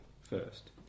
first